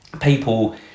people